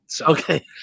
Okay